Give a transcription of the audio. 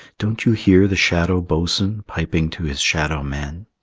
don't you hear the shadow boatswain piping to his shadow men?